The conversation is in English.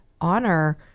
honor